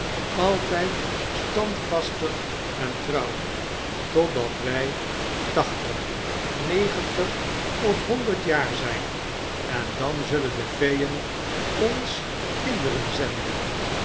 altjjd standvastig en trouw totdat wy tachtig negentig of honderd jaar zyn en dan zullen de feeen ons kinderen zenden